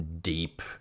deep